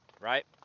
right